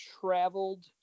traveled